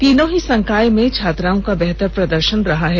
तीनों ही संकाय में छात्राओं का बेहतर प्रदर्षन रहा है